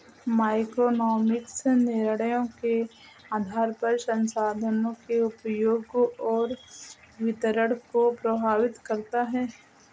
microeconomics निर्णयों के आधार पर संसाधनों के उपयोग और वितरण को प्रभावित करता है